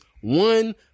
one